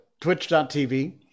Twitch.tv